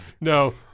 no